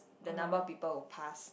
the number of people who passed